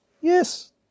Yes